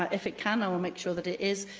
ah if it can, i will make sure that it is.